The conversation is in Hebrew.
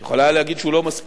את יכולה להגיד שהוא לא מספיק,